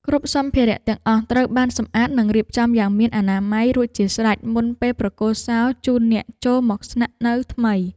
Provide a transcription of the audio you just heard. គ្រប់សម្ភារៈទាំងអស់ត្រូវបានសម្អាតនិងរៀបចំយ៉ាងមានអនាម័យរួចជាស្រេចមុនពេលប្រគល់សោជូនអ្នកចូលមកស្នាក់នៅថ្មី។